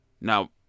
Now